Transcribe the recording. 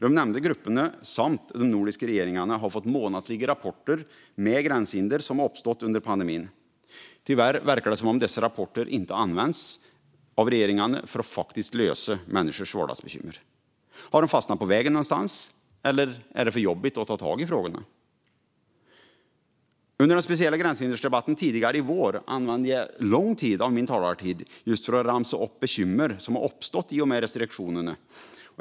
De nämnda grupperna samt de nordiska regeringarna har fått månatliga rapporter om gränshinder som uppstått under pandemin. Tyvärr verkar det som om dessa rapporter inte används av regeringarna för att faktiskt lösa människors vardagsbekymmer. Har de fastnat på vägen någonstans, eller är det för jobbigt att ta tag i frågorna? Under den speciella gränshinderdebatten tidigare i vår använde jag en stor del av min talartid just till att ramsa upp bekymmer som har uppstått i och med restriktionerna.